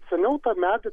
seniau tą medį